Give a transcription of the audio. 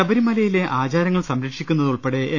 ശബരിമലയിലെ ആചാരങ്ങൾ സംരക്ഷിക്കു ന്നത് ഉൾപെടെ എൻ